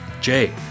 jay